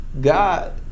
God